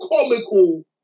comical